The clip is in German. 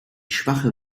schwache